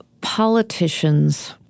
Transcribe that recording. politicians